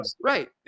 right